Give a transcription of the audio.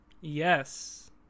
Yes